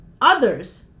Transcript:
others